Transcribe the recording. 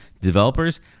developers